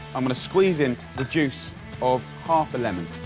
i'm going to squeeze in the juice of half a lemon.